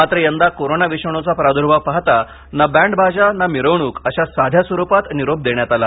मात्र यंदा कोरोना विषाणूचा प्राद्र्भाव पाहता ना बँड बाजा ना मिरवणूक अश्या साध्या स्वरूपात निरोप देण्यात आला